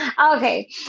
Okay